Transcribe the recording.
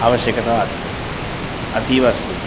आवश्यकता अतीव अस्ति